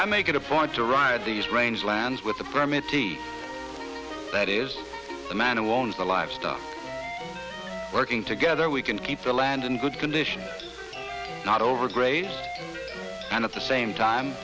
i make it a point to ride these range lands with the permit that is the man who owns the livestock working together we can keep the land in good condition not overgraze and at the same time